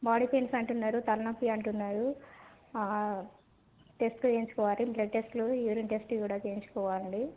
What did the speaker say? body pains అంటున్నారు తలనొప్పి అంటున్నారు టెస్ట్లు చేయించుకోవాలి బ్లడ్ టెస్ట్లు యూరిన్ టెస్ట్ కూడా చేయించుకోవాలి అండి